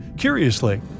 Curiously